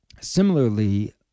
similarly